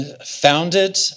founded